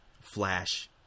flash